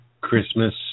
Christmas